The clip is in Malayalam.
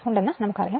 ഉണ്ടെന്ന് അറിയാം